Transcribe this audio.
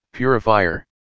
purifier